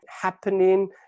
happening